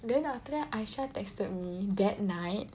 then after that Aisyah/P2> texted me that night